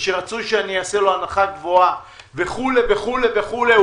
ושרצוי שאני אעשה לו הנחה גבוהה וכולי וכולי וכולי".